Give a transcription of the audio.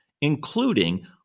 including